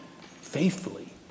faithfully